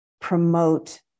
promote